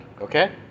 Okay